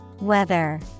Weather